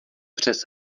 přes